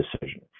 decision